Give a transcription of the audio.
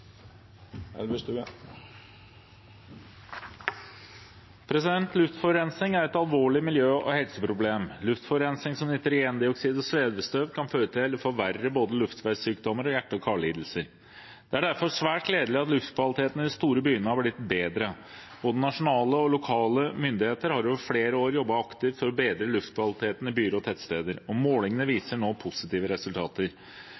er et alvorlig miljø- og helseproblem. Luftforurensing, som nitrogendioksid og svevestøv, kan føre til eller forverre både luftveissykdommer og hjerte- og karlidelser. Det er derfor svært gledelig at luftkvaliteten i de store byene har blitt bedre. Både nasjonale og lokale myndigheter har over flere år jobbet aktivt for å bedre luftkvaliteten i byer og tettsteder, og målingene